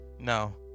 No